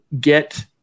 get